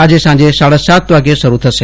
આજે સાંજે સાડા સાત વાગ્યે મેચ શરૂ થશે